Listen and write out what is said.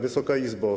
Wysoka Izbo!